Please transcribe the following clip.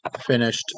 finished